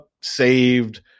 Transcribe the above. saved